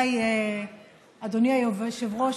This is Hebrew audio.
אדוני היושב-ראש,